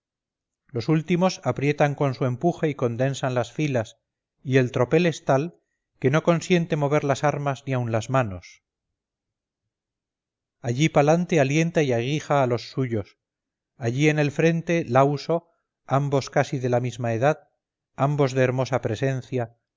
los últimos aprietan con su empuje y condensan las filas y el tropel es tal que no consiente mover las armas ni aun las manos allí palante alienta y aguija a los suyos allí en frente lauso ambos casi de la misma edad ambos de hermosa presencia